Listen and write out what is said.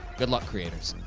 good luck, creators.